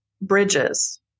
bridges